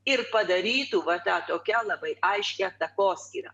ir padarytų va tą tokią labai aiškią takoskyrą